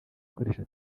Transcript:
akoresha